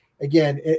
again